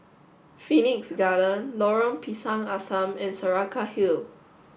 Phoenix Garden Lorong Pisang Asam and Saraca Hill